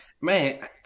man